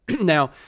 Now